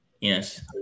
yes